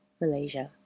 Malaysia